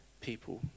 people